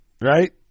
right